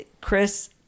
chris